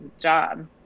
job